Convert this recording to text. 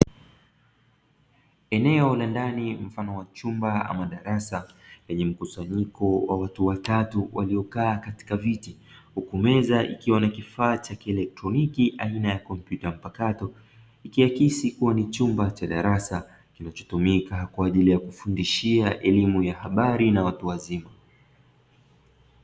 Eneo la ndani mfano wa chumba ama darasa. Lenye mkusanyiko wa watu watatu waliokaa katika viti. Huku meza ikiwa na kifaa cha kielektroniki aina ya kompyuta mpakato. Ikiakisi kuwa ni chumba cha darasa, kinachotumika kwa ajili ya kufundishia elimu ya habari na watu wazima.